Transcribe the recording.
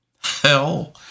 Hell